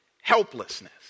helplessness